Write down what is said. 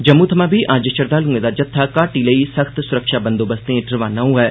जम्मू थमां बी अज्ज श्रद्दालुएं दा जत्था घाटी लेई सख्त सुरक्षा बंदोबस्ते हेठ रवाना होआ ऐ